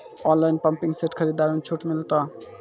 Online pumping set खरीदारी मे छूट मिलता?